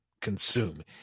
consume